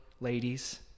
ladies